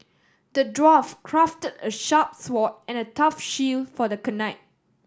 the dwarf crafted a sharp sword and a tough shield for the knight